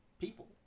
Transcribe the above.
people